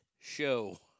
show